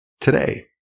today